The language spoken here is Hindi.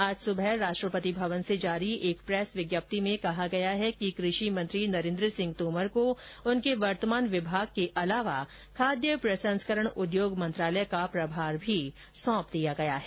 आज सुबह राष्ट्रपति भवन से जारी एक प्रेस विज्ञप्ति में कहा गया है कि कृषि मंत्री नरेन्द्र सिंह तोमर को उनके वर्तमान विभाग के अतिरिक्त खाद्य प्रसंस्करण उद्योग मंत्रालय का प्रभार भी सौंप दिया गया है